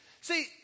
See